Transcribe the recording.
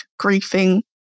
griefing